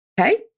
okay